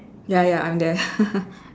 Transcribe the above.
ya ya I'm there